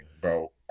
bro